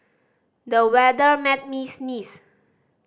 the weather made me sneeze